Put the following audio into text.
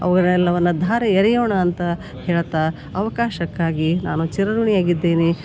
ಅವರೆಲ್ಲವನ್ನು ಧಾರೆ ಎರೆಯೋಣ ಅಂತ ಹೇಳ್ತಾ ಅವಕಾಶಕ್ಕಾಗಿ ನಾನು ಚಿರಋಣಿಯಾಗಿದ್ದೇನೆ